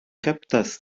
kaptas